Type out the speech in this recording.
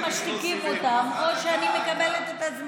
או שמשתיקים אותם או שאני מקבלת את הזמן.